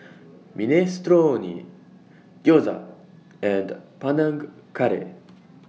Minestrone Gyoza and Panang Curry